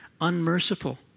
unmerciful